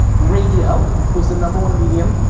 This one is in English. radio was the number one medium,